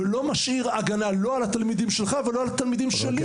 ולא משאיר הגנה לא על התלמידים שלך ולא על התלמידים שלי.